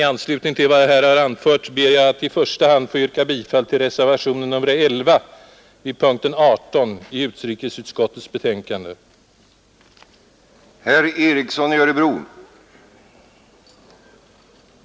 I anslutning till vad jag här har anfört ber jag att i första hand få yrka bifall till reservationen 11 vid punkten 18 i utrikesutskottets betänkande nr 6.